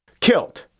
Killed